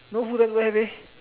no full time don't have eh